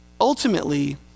Ultimately